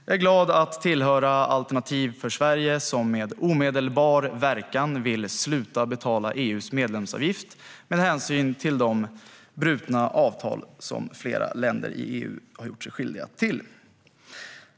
Jag är glad att tillhöra Alternativ för Sverige, som med omedelbar verkan vill sluta betala EU:s medlemsavgift med hänvisning till de brutna avtal som flera länder i EU har gjort sig skyldiga till.